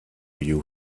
you